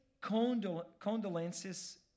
condolences